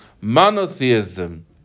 monotheism